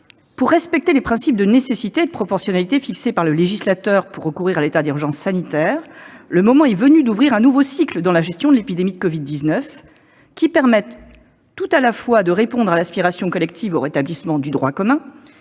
Pour respecter les principes de nécessité et de proportionnalité fixés par le législateur pour recourir à l'état d'urgence sanitaire, le moment est venu d'ouvrir un nouveau cycle dans la gestion de l'épidémie de Covid-19, qui permette tout à la fois de répondre à l'aspiration collective au rétablissement du droit commun